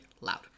loud